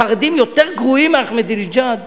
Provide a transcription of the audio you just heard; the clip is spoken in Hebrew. החרדים יותר גרועים מאחמדינג'אד,